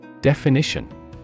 Definition